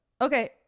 Okay